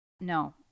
No